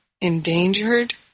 endangered